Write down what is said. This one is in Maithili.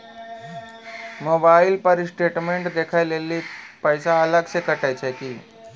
मोबाइल पर स्टेटमेंट देखे लेली पैसा अलग से कतो छै की?